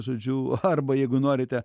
žodžiu arba jeigu norite